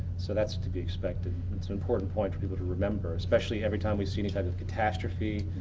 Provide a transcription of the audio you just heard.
so that's to be expected. it's an important point for people to remember especially every time we see any type of catastrophe.